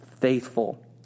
faithful